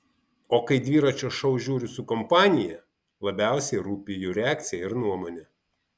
o kai dviračio šou žiūriu su kompanija labiausiai rūpi jų reakcija ir nuomonė